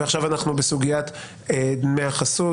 עכשיו אנחנו בסוגיית דמי החסות,